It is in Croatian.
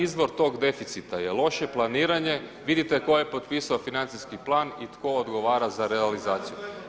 Izvor tog deficita je loše planiranje, vidite tko je potpisao Financijski plan i tko odgovara za realizaciju.